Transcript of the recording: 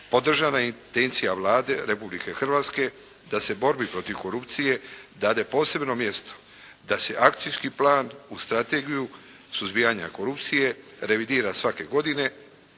Podržana je intencija Vlade Republike Hrvatske da se borbi protiv korupcije dade posebno mjesto, da se akcijski plan u strategiju suzbijanja korupcije revidira svake godine